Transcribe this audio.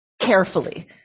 carefully